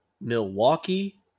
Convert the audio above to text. Milwaukee